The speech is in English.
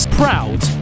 proud